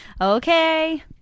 Okay